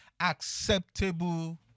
acceptable